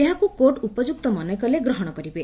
ଏହାକୁ କୋର୍ଟ ଉପଯୁକ୍ତ ମନେକଲେ ଗ୍ରହଶ କରିବେ